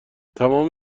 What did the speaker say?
تمام